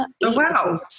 Wow